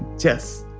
tests